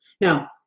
Now